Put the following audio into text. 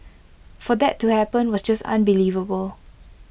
for that to happen was just unbelievable